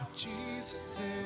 Jesus